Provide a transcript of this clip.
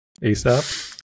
ASAP